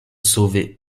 sauver